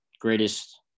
greatest